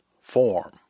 form